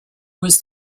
was